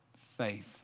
faith